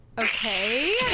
Okay